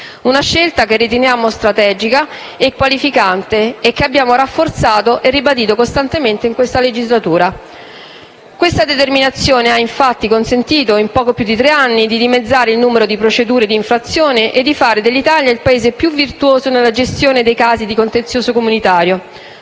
una scelta che riteniamo strategica e qualificante e che abbiamo rafforzato e ribadito costantemente in questa legislatura. Infatti, questa determinazione ha consentito, in poco più di tre anni, di dimezzare il numero di procedure di infrazione e di fare dell'Italia il Paese più virtuoso nella gestione dei casi di contenzioso comunitario.